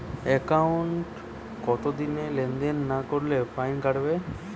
একাউন্টে কতদিন লেনদেন না করলে ফাইন কাটবে?